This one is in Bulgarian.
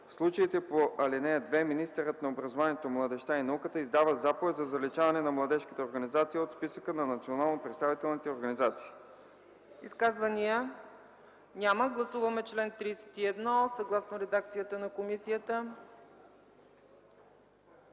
В случаите по ал. 2 министърът на образованието, младежта и науката издава заповед за заличаване на младежката организация от списъка на национално представителните организации.” ПРЕДСЕДАТЕЛ ЦЕЦКА ЦАЧЕВА: Изказвания? Няма. Гласуваме чл. 31 съгласно редакцията на комисията.